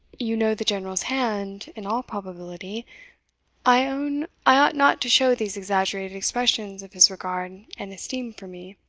you know the general's hand, in all probability i own i ought not to show these exaggerated expressions of his regard and esteem for me.